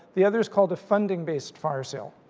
the other is called a funding-based fire sale.